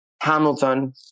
Hamilton